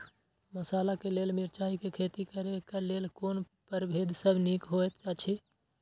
मसाला के लेल मिरचाई के खेती करे क लेल कोन परभेद सब निक होयत अछि?